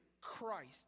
Christ